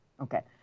Okay